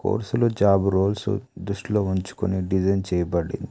కోర్స్లు job roles దృష్టిలో ఉంచుకొని design చేయబడింది